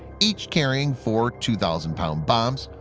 each carrying four two thousand lb. bombs,